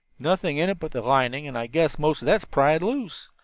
nothing in it but the lining, and i guess most of that's pried loose.